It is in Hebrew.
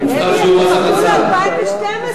ביטוח הלאומי לא משלם להם,